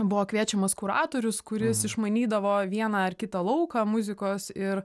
buvo kviečiamas kuratorius kuris išmanydavo vieną ar kitą lauką muzikos ir